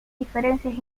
diferencias